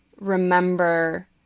remember